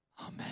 Amen